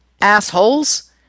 Assholes